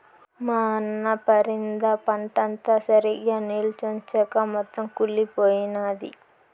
మా అన్న పరింద పంటంతా సరిగ్గా నిల్చొంచక మొత్తం కుళ్లిపోయినాది